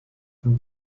von